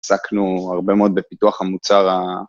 עסקנו הרבה מאוד בפיתוח המוצר ה...